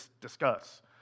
discuss